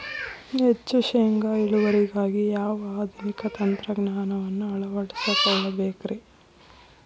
ಹೆಚ್ಚು ಶೇಂಗಾ ಇಳುವರಿಗಾಗಿ ಯಾವ ಆಧುನಿಕ ತಂತ್ರಜ್ಞಾನವನ್ನ ಅಳವಡಿಸಿಕೊಳ್ಳಬೇಕರೇ?